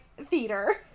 theater